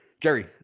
Jerry